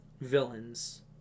villains